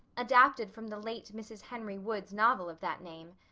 adapted from the late mrs. henry wood's novel of that name.